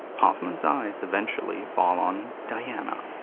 hoffman's eyes eventually fall on diana.